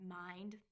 mind